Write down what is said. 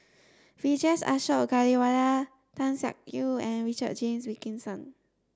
Vijesh Ashok Ghariwala Tan Siak Kew and Richard James Wilkinson